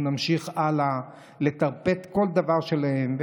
אנחנו נמשיך הלאה לטרפד כל דבר שלהם.